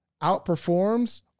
outperforms